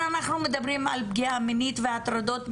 אנחנו בימים שבהם, אתם שמעתם?